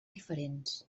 diferents